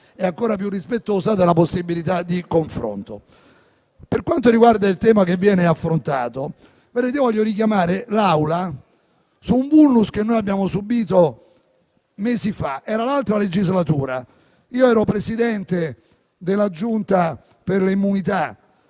è ancora più rispettosa della possibilità di confronto. Per quanto riguarda il tema che viene affrontato, voglio richiamare l'Assemblea su un *vulnus* che abbiamo subito mesi fa. Era la scorsa legislatura; io ero Presidente della Giunta delle elezioni